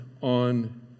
on